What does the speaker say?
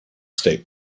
state